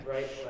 Right